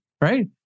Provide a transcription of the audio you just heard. right